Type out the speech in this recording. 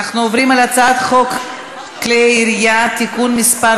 אנחנו עוברים אל הצעת חוק כלי הירייה (תיקון מס'